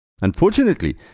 Unfortunately